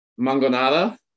Mangonada